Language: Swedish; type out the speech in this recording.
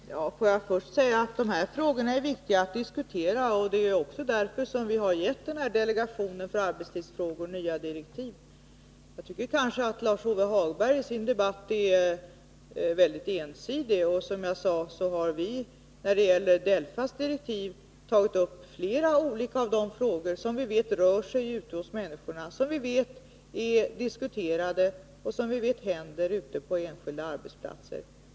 Fru talman! Får jag först säga att det är viktigt att dessa frågor diskuteras. Det är också därför vi har gett delegationen för arbetstidsfrågor nya direktiv. Jag tycker emellertid att Lars-Ove Hagberg är väldigt ensidig i sina inlägg. Som jag redan sagt har vi i DELFA:s direktiv tagit upp flera av de olika frågor som vi vet diskuteras ute bland människorna och som vi vet rör sådant som händer på enskilda arbetsplatser.